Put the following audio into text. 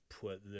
put